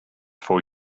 for